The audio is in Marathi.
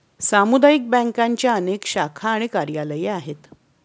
सामुदायिक बँकांच्या अनेक शाखा आणि कार्यालयेही आहेत